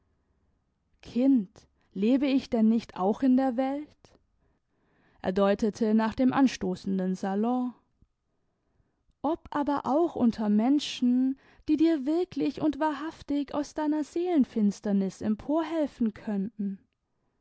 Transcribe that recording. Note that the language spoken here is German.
kind lebe ich denn nicht auch in der welt er deutete nach dem anstoßenden salon ob aber auch unter menschen die dir wirklich und wahrhaftig aus deiner seelenfinsternis emporhelfen könnten